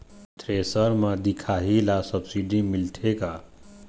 Thresher म दिखाही ला सब्सिडी मिलथे का?